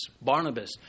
Barnabas